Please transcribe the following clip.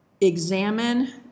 examine